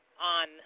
on